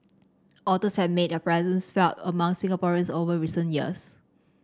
otters have made their presence felt among Singaporeans over recent years